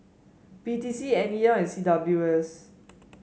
P T C N E L and C W S